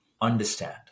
understand